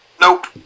nope